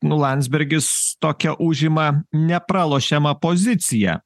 nu landsbergis tokią užima ne pralošiamą poziciją